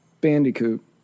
Bandicoot